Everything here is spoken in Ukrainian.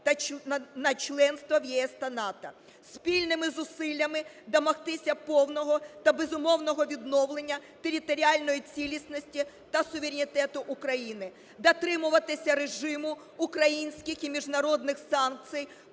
на членство в ЄС та НАТО, спільними зусиллями домогтися повного та безумовного відновлення територіальної цілісності та суверенітету України, дотримуватися режиму українських і міжнародних санкцій